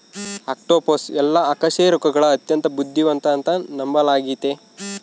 octopus ಎಲ್ಲಾ ಅಕಶೇರುಕಗುಳಗ ಅತ್ಯಂತ ಬುದ್ಧಿವಂತ ಅಂತ ನಂಬಲಾಗಿತೆ